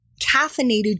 caffeinated